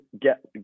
get